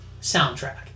soundtrack